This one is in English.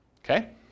Okay